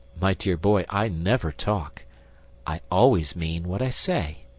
my dear boy, i never talk i always mean what i say.